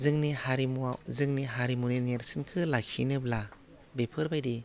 जोंनि हारिमुवाव जोंनि हारिमुनि नेर्सोनखो लाखिनोब्ला बेफोर बायदि